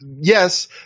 yes